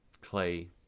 Clay